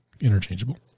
interchangeable